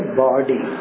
body